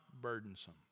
burdensome